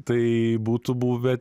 tai būtų buvę